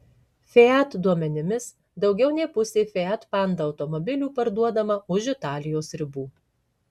fiat duomenimis daugiau nei pusė fiat panda automobilių parduodama už italijos ribų